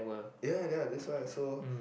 ya then I just find it so